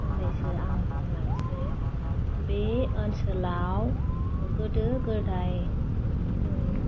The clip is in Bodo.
बेनि फंनैसो आं बुंलांसै बे ओनसोलाव गोदो गोदाइ जों